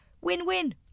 Win-win